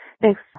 thanks